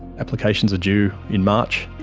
applications are due in march,